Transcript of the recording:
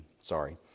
sorry